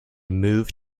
move